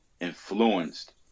influenced